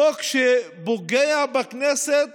זה חוק שפוגע בכנסת